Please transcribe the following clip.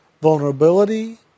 vulnerability